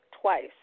twice